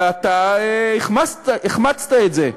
ואתה החמצת את זה.